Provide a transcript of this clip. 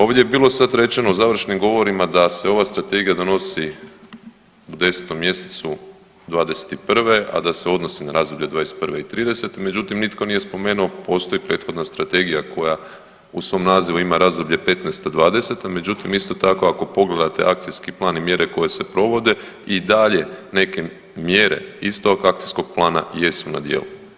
Ovdje je bilo sad rečeno u završnim govorima da se ova Strategija donosi u 10. mj. '21., a da se odnosi na razdoblje '21. i '30., međutim, nitko nije spomenuo, postoji prethodna Strategija koja u svom nazivu ima razdoblje '15.-'20., međutim, isto tako, ako pogledate akcijski plan i mjere koje se provode, i dalje neke mjere iz tog akcijskog plana jesu na djelu.